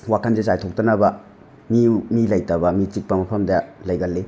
ꯋꯥꯈꯟꯖꯦ ꯆꯥꯏꯊꯣꯛꯇꯅꯕ ꯃꯤ ꯃꯤ ꯂꯩꯇꯕ ꯃꯤ ꯆꯤꯛꯄ ꯃꯐꯝꯗ ꯂꯩꯒꯜꯂꯤ